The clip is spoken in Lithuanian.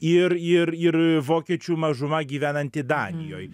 ir ir ir vokiečių mažuma gyvenanti danijoj